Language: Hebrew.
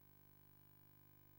על